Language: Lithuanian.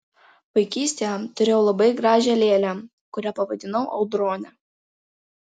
vaikystėje turėjau labai gražią lėlę kurią pavadinau audrone